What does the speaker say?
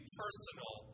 personal